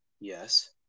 yes